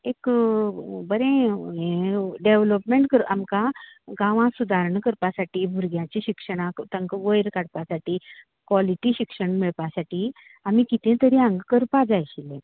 एक बरें ये डेवलोपमेंट आमकां गावाक सुदारणां करपासाटी भुरग्यांच्या शिक्षणांक तांकां वयर काडपासाटी कोलिटी शिक्षण मेळपासाटी आमी कितें तरी हांगा करपाक जाय आशिल्ले